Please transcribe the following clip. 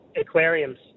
aquariums